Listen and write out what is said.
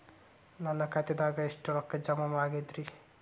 ನನ್ನ ಖಾತೆದಾಗ ಎಷ್ಟ ರೊಕ್ಕಾ ಜಮಾ ಆಗೇದ್ರಿ?